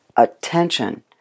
Attention